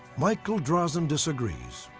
michael drosnin disagrees.